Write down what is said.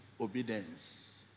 obedience